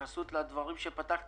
חבר הכנסת קרעי, תצא החוצה בבקשה.